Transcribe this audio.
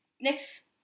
Next